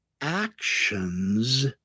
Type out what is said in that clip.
actions